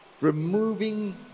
removing